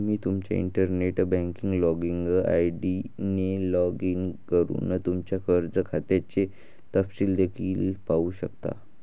तुम्ही तुमच्या internet banking login ID ने लॉग इन करून तुमच्या कर्ज खात्याचे तपशील देखील पाहू शकता